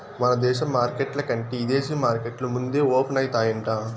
మన దేశ మార్కెట్ల కంటే ఇదేశీ మార్కెట్లు ముందే ఓపనయితాయంట